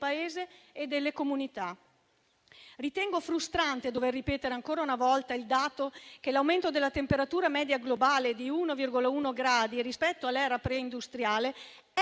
Paese e delle comunità. Ritengo frustrante dover ripetere ancora una volta che l'aumento della temperatura media globale di 1,1 gradi rispetto all'era preindustriale è